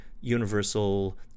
universal